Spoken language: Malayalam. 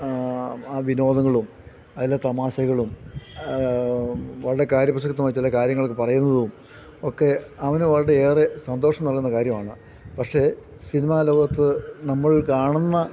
ആ വിനോദങ്ങളും അതിലെ തമാശകളും വളരെ കാര്യപ്രസക്തമായ ചില കാര്യങ്ങൾ ഒക്കെ പറയുന്നതും ഒക്കെ അവന് വളരെ ഏറെ സന്തോഷം നൽകുന്ന കാര്യമാണ് പക്ഷേ സിനിമാ ലോകത്ത് നമ്മൾ കാണുന്ന